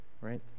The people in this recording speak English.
right